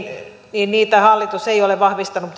niin niitä hallitus ei ole vahvistanut